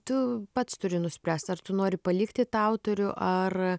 tu pats turi nuspręst ar tu nori palikti tą autorių ar